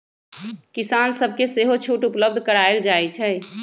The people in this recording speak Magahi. किसान सभके सेहो छुट उपलब्ध करायल जाइ छइ